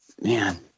man